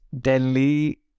Delhi